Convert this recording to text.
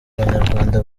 abanyarwanda